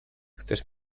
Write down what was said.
chcesz